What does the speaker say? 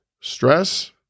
Stress